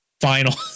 final